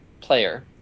player